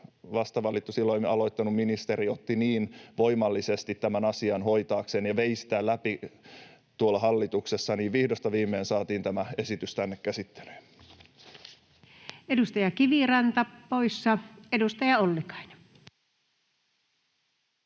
vastavalittu, silloin aloittanut ministeri otti niin voimallisesti tämän asian hoitaakseen ja vei sitä läpi tuolla hallituksessa, vaikutti siihen, että vihdosta viimein saatiin tämä esitys tänne käsittelyyn. Edustaja Kiviranta poissa. — Edustaja Ollikainen.